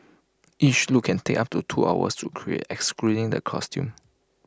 each look can take up to two hours to create excluding the costume